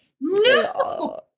No